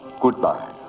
Goodbye